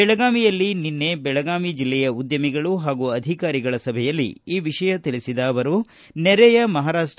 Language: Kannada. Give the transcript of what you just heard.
ಬೆಳಗಾವಿಯಲ್ಲಿ ನಿನ್ನೆ ಬೆಳಗಾವಿ ಜಿಲ್ಲೆಯ ಉದ್ದಮಿಗಳು ಹಾಗೂ ಅಧಿಕಾರಿಗಳ ಸಭೆಯಲ್ಲಿ ಈ ವಿಷಯ ತಿಳಿಸಿದ ಅವರು ನೆರೆಯ ಮಹಾರಾಷ್ಟ